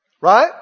Right